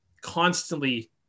constantly